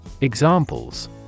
Examples